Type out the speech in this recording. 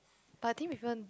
but didn't even